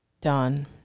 Done